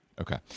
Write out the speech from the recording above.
Okay